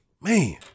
man